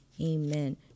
Amen